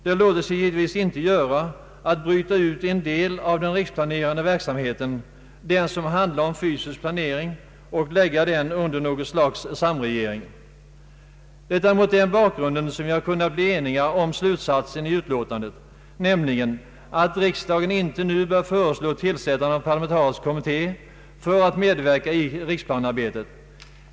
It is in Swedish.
Det låter sig givetvis inte göra att bryta ut en del av den riksplanerande verksamheten — den som handlar om fysisk planering — och lägga den under något slags samregering. Det är mot den bakgrunden som vi har kunnat bli eniga om slutsatsen i utlåtandet, nämligen att riksdagen inte nu bör föreslå tillsättande av en parlamentarisk kommitté för att medverka i riksplanearbetet.